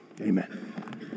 amen